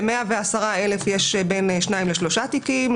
ל-110,000 יש בין שניים לשלושה תיקים.